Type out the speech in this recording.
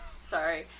Sorry